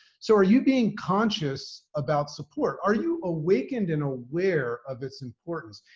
so are you being conscious about support? are you awakened and aware of its importance?